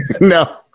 No